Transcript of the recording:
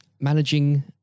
managing